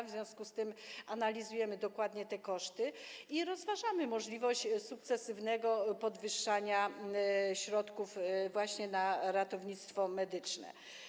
W związku z tym analizujemy dokładnie te koszty i rozważamy możliwość sukcesywnego podwyższania środków właśnie na ratownictwo medyczne.